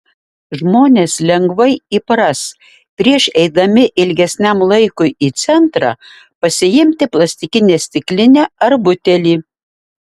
žmonės lengvai įpras prieš eidami ilgesniam laikui į centrą pasiimti plastikinę stiklinę ar butelį